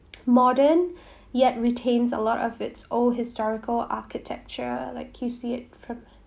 modern yet retains a lot of its old historical architecture like you see it from